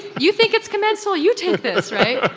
you think it's commensal, you take this!